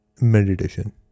meditation